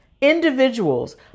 individuals